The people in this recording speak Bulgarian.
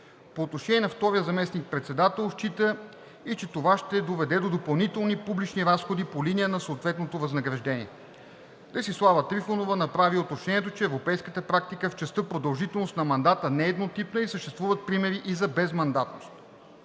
отношение на втория заместник-председател счита и че това ще доведе до допълнителни публични разходи по линия на съответното възнаграждение. Десислава Трифонова направи и уточнението, че европейската практика в частта продължителност на мандата не е еднотипна и съществуват примери и за безмандатност.